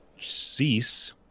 cease